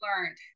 learned